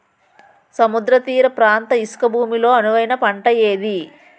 సముద్ర తీర ప్రాంత ఇసుక భూమి లో అనువైన పంట ఏది?